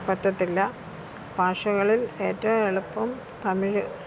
പറ്റത്തില്ല ഭാഷകളില് ഏറ്റവും എളുപ്പം തമിഴ്